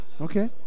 okay